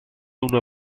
una